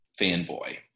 fanboy